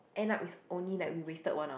end up it's only like we wasted one hour